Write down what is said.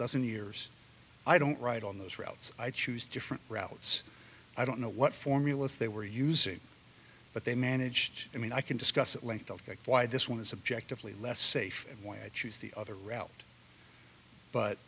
dozen years i don't write on those routes i choose different routes i don't know what formulas they were using but they manage i mean i can discuss at length of why this one is subjectively less safe why i choose the other route but